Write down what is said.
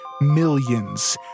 millions